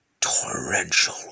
torrential